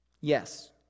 Yes